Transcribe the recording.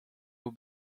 will